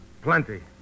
Plenty